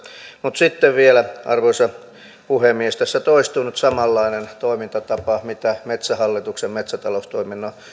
mutta sitten vielä arvoisa puhemies tässä toistuu nyt samanlainen toimintatapa kuin metsähallituksen metsätaloustoiminnan